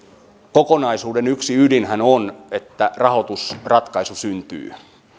kokonaisuuden yksi ydinhän on että rahoitusratkaisu syntyy